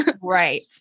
Right